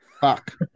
Fuck